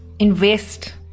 Invest